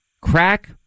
crack